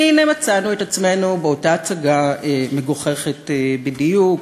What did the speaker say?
והנה מצאנו את עצמנו באותה הצגה מגוחכת בדיוק,